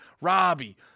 Robbie